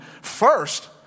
First